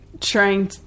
trying